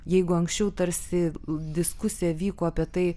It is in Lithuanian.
jeigu anksčiau tarsi diskusija vyko apie tai